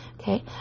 Okay